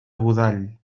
godall